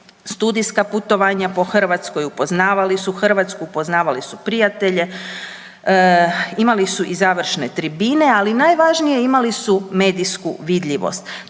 studijska putovanja po Hrvatskoj, upoznavali su Hrvatsku, upoznavali su prijatelje, imali su i završne tribine ali i najvažnije imali su medijsku vidljivost.